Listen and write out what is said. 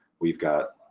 we've got,